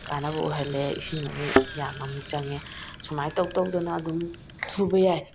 ꯀꯥꯟꯅꯕ ꯑꯣꯏꯍꯜꯂꯦ ꯏꯁꯤꯡ ꯑꯃꯨꯛ ꯌꯥꯝ ꯑꯃꯨꯛ ꯆꯪꯉꯦ ꯁꯨꯃꯥꯏꯅ ꯇꯧ ꯇꯧꯗꯅ ꯑꯗꯨꯝ ꯁꯨꯕ ꯌꯥꯏ